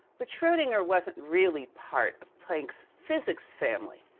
but, schrodinger wasn't really part of planck's physics family.